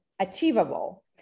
achievable